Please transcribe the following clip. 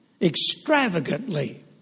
extravagantly